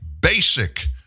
basic